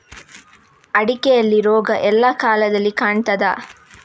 ಅಡಿಕೆಯಲ್ಲಿ ರೋಗ ಎಲ್ಲಾ ಕಾಲದಲ್ಲಿ ಕಾಣ್ತದ?